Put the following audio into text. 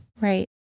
Right